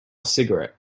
cigarette